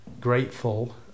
grateful